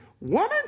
woman